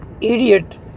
idiot